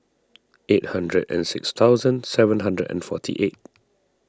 eight hundred and six thousand seven hundred and forty eight